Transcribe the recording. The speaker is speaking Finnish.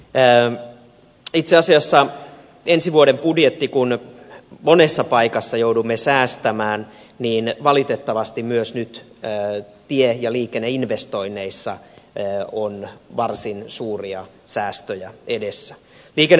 itse asiassa ensi vuoden budjetissa kun monessa paikassa joudumme säästämään valitettavasti myös nyt tie ja liikenneinvestoinneissa on varsin suuria säästöjä edessä